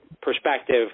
perspective